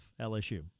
LSU